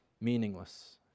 meaningless